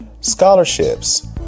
scholarships